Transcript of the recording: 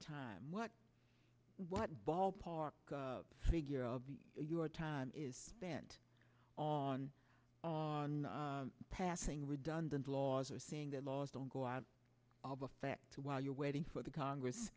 time what what ballpark figure of the your time is spent on passing redundant laws are saying that laws don't go out of effect while you're waiting for the congress